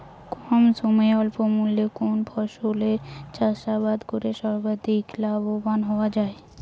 কম সময়ে স্বল্প মূল্যে কোন ফসলের চাষাবাদ করে সর্বাধিক লাভবান হওয়া য়ায়?